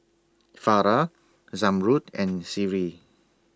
Farah Zamrud and Seri